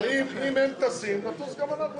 אם הם טסים נטוס גם אנחנו משם.